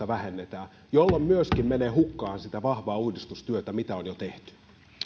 vähennetään jolloin myöskin menee hukkaan sitä vahvaa uudistustyötä mitä on jo tehty